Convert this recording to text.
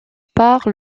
part